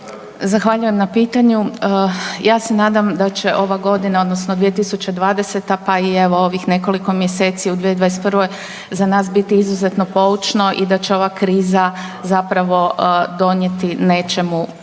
Zahvaljujem na pitanju. Ja se nadam da će ova godina odnosno 2020. pa i evo ovih nekoliko mjeseci u 2021. za nas biti izuzetno poučno i da će ova kriza zapravo donijeti nečemu